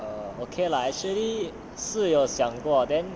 err okay lah actually 是有想过 then